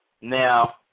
Now